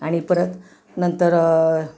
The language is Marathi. आणि परत नंतर